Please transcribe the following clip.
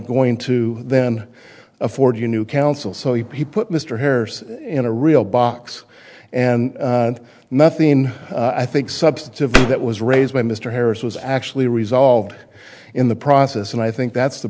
going to then afford you new counsel so he put mr hares in a real box and nothing i think substantively that was raised by mr harris was actually resolved in the process and i think that's the